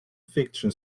fiction